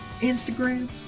Instagram